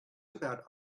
about